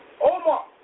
Omar